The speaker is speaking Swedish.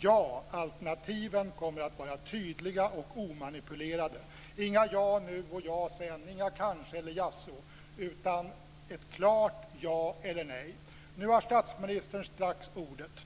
Ja, alternativen kommer att vara tydliga och omanipulerade - inga ja nu och ja sedan, inga kanske eller jaså, utan ett klart ja eller nej. Statsministern har strax ordet.